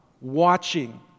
watching